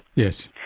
yes.